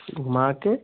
घूमा कर